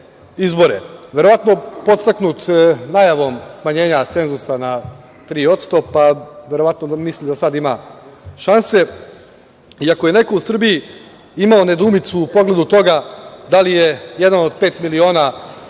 izbore, verovatno podstaknut najavom smanjenja cenzusa na 3%, pa verovatno da misli da sada ima šanse i ako je neko u Srbiji imao nedoumicu u pogledu toga da li je „Jedan od pet miliona“